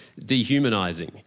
dehumanising